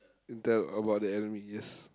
Intel about the enemy yes